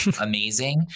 amazing